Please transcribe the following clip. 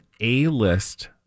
A-list